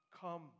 Come